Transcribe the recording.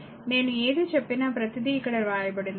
కాబట్టి నేను ఏది చెప్పినా ప్రతిదీ ఇక్కడ వ్రాయబడింది